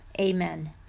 Amen